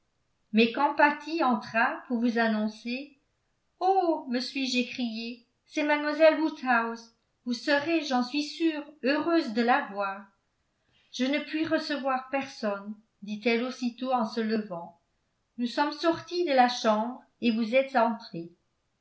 mais quand patty entra pour vous annoncer oh me suis-je écriée c'est mademoiselle woodhouse vous serez j'en suis sûre heureuse de la voir je ne puis recevoir personne dit-elle aussitôt en se levant nous sommes sorties de la chambre et vous êtes entrée